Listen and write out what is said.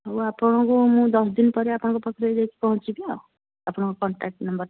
ହଉ ଆପଣଙ୍କୁ ମୁଁ ଦଶଦିନ ପରେ ଆପଣଙ୍କ ପାଖରେ ଯାଇ ପହଞ୍ଚିଯିବି ଆଉ ଆପଣଙ୍କ କଣ୍ଟାକ୍ଟ ନମ୍ବର